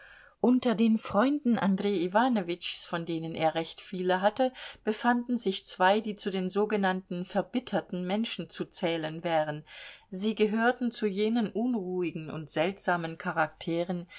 unter den freunden andrej iwanowitschs von denen er recht viele hatte befanden sich zwei die zu den sogenannten verbitterten menschen zu zählen wären sie gehörten zu jenen unruhigen und seltsamen charakteren